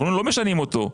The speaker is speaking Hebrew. אנחנו לא משנים אותו.